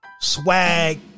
swag